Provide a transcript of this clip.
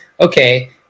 okay